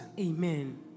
Amen